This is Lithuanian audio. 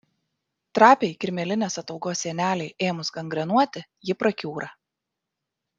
trapiai kirmėlinės ataugos sienelei ėmus gangrenuoti ji prakiūra